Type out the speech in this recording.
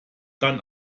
dann